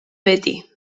beti